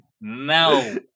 No